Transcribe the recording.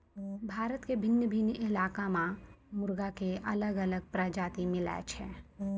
भारत के भिन्न भिन्न इलाका मॅ मुर्गा के अलग अलग प्रजाति मिलै छै